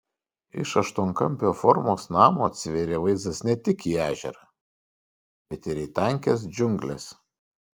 iš aštuonkampio formos namo atsivėrė vaizdas ne tik į ežerą bet ir į tankias džiungles